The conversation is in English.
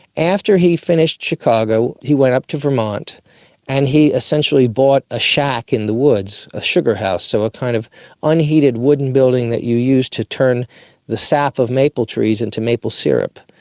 after he finished chicago he went up to vermont and he essentially bought a shack in the woods, a sugar house, so a kind of unheated wooden building that you use to turn the sap of maple trees into maple syrup.